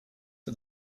for